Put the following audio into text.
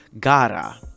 Gara